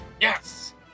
Yes